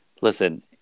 listen